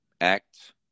act